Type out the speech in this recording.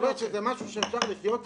זאת אומרת, זה משהו שאפשר לחיות איתו.